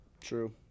True